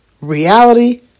Reality